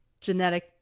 genetic